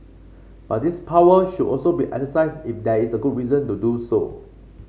but this power should also be exercised if there is a good reason to do so